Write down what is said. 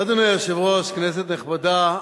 אדוני היושב-ראש, כנסת נכבדה,